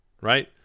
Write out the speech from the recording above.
right